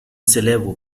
célèbre